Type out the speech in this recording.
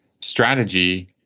strategy